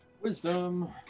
Wisdom